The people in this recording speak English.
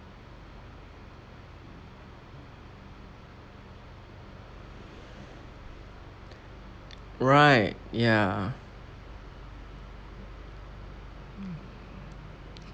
right ya